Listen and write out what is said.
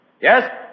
Yes